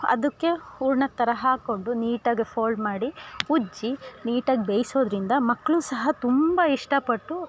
ಅದಕ್ಕೆ ಹೂರಣ ಥರ ಹಾಕೊಂಡು ನೀಟಾಗೆ ಫೋಲ್ಡ್ ಮಾಡಿ ಉಜ್ಜಿ ನೀಟಾಗಿ ಬೆಯಿಸೋದ್ರಿಂದ ಮಕ್ಕಳು ಸಹ ತುಂಬ ಇಷ್ಟ ಪಟ್ಟು